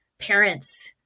parents